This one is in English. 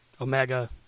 Omega